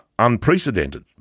Unprecedented